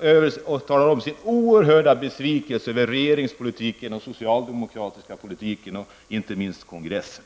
uttrycker sin oerhörda besvikelse över regeringspolitiken och den socialdemokratiska politiken, och inte minst kongressen.